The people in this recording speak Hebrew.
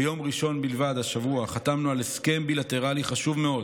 ביום ראשון בלבד השבוע חתמנו על הסכם בילטרלי חשוב מאוד